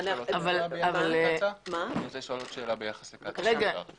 עוד שאלה בקשר לקצ"א.